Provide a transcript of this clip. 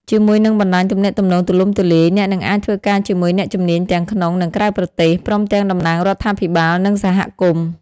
ជាមួយនឹងបណ្ដាញទំនាក់ទំនងទូលំទូលាយ អ្នកនឹងអាចធ្វើការជាមួយអ្នកជំនាញទាំងក្នុង និងក្រៅប្រទេស ព្រមទាំងតំណាងរដ្ឋាភិបាល និងសហគមន៍។